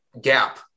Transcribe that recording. gap